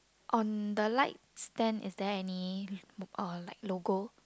on the light stand is there any uh like logo